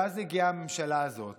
ואז הגיעה הממשלה הזאת